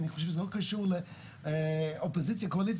אני חושב שזה לא קשור לאופוזיציה או קואליציה,